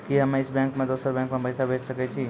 कि हम्मे इस बैंक सें दोसर बैंक मे पैसा भेज सकै छी?